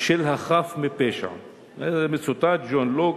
של החף מפשע"; זה מצוטט מדברי ג'ון לוק